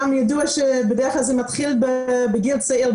ידוע שבדרך כלל זה מתחיל בגיל צעיר,